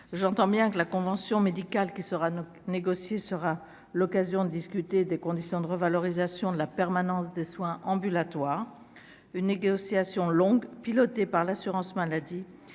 j'entends bien que la convention médicale qui sera négocié sera l'occasion de discuter des conditions de revalorisation de la permanence des soins ambulatoires, une négociation longue pilotée par l'assurance maladie